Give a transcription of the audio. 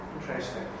Interesting